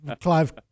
Clive